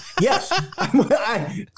Yes